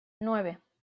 nueve